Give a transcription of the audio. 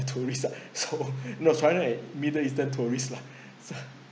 tourist ah so no china and middle eastern tourists lah so